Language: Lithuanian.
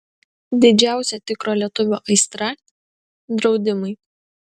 didžiausia tikro lietuvio aistra draudimai